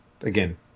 again